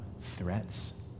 threats